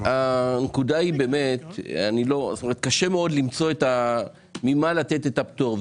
הנקודה היא - קשה מאוד למצוא ממה לתת את הפטור.